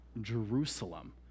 jerusalem